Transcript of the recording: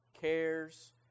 cares